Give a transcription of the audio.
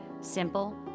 Simple